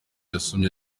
yasomye